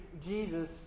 Jesus